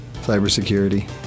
cybersecurity